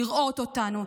לראות אותנו,